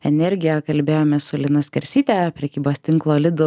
energiją kalbėjomės su lina skersyte prekybos tinklo lidl